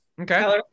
Okay